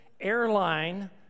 airline